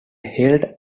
held